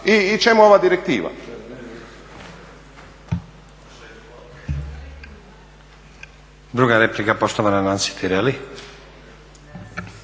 i čemu ova direktiva?